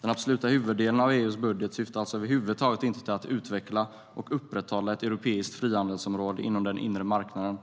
Den absoluta huvuddelen av EU:s budget syftar alltså över huvud taget inte till att utveckla och upprätthålla ett europeiskt frihandelsområde inom den inre marknaden.